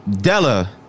della